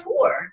poor